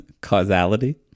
causality